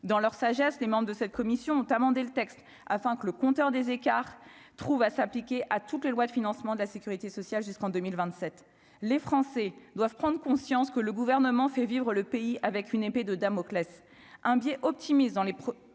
dans leur sagesse, les membres de cette commission ont amendé le texte afin que le compteur des écarts trouve à s'appliquer à toutes les lois de financement de la Sécurité sociale jusqu'en 2027, les Français doivent prendre conscience que le gouvernement fait vivre le pays avec une épée de Damoclès un biais optimiste dans les projections